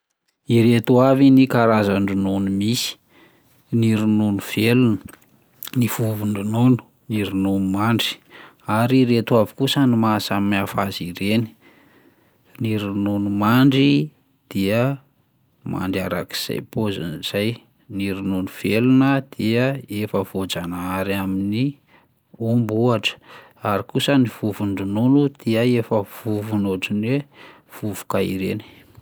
Ireto avy ny karazan-dronono misy: ny ronono velona, ny vovon-dronono, ny ronono mandry; ary ireto avy kosa no mahasamy hafa azy ireny: ny ronono mandry dia mandry arak'izay paoziny izay, ny ronono velona dia efa voajanahary amin'ny omby ohatra, ary kosa ny vovon-dronono dia efa vovony ohatrny ny hoe vovoka ireny.